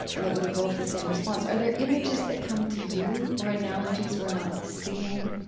that would evoke the same response. are there images that come to you or analogies we're not seeing?